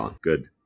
Good